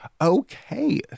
Okay